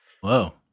Whoa